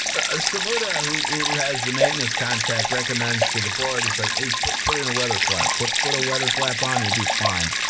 ah samuda, who has the maintenance contract, recommends to the board, he's like, put put in a weather flap. put put a weather flap on, you'll be fine.